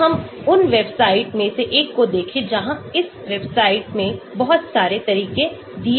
आइए हम उन वेबसाइट में से एक को देखें जहाँ इस वेबसाइट में बहुत सारे तरीके दिए गए हैं